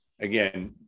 Again